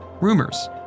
rumors